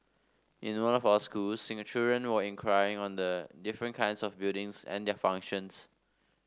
in one of our schools children were inquiring on the different kinds of buildings and their functions